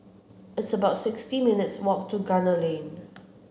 it's about sixty minutes' walk to Gunner Lane